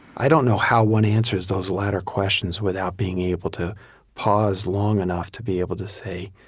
i don't know how one answers those latter questions without being able to pause long enough to be able to say,